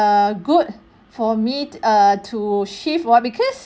err good for me err to shift what because